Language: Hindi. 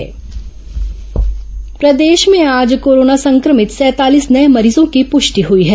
कोरोना मरीज प्रदेश में आज कोरोना संक्रमित सैंतालीस नये मरीजों की पुष्टि हुई है